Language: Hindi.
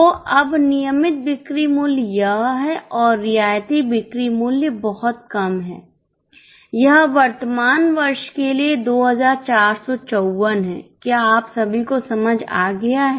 तो अब नियमित बिक्री मूल्य यह है और रियायती बिक्री मूल्य बहुत कम है यह वर्तमान वर्ष के लिए 2454 है क्या आप सभी को समझ आ गया है